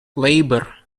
labour